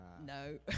no